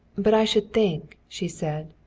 but i should think, she said,